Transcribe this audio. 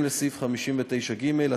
פ/2599/20.